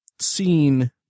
seen